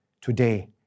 today